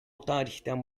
tarihten